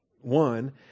one